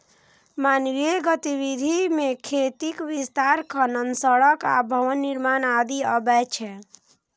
मानवीय गतिविधि मे खेतीक विस्तार, खनन, सड़क आ भवन निर्माण आदि अबै छै